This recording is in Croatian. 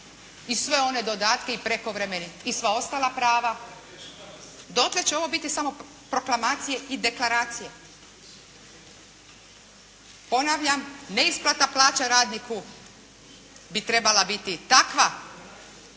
i sve one dodatke i prekovremene i sva ostala prava dotle će ovo biti samo proklamacije i deklaracije. Ponavljam, neisplata plaća radniku bi trebala biti takva